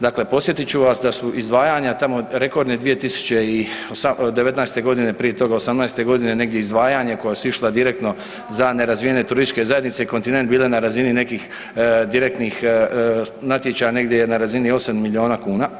Dakle, podsjetiti ću vas da su izdvajanja tamo rekordne 2019. godine, prije toga '18. godine negdje izdvajanja koja su išla direktno za nerazvijene turističke zajednice i kontinent bile na razini nekih direktnih natječaja negdje na razini 8 miliona kuna.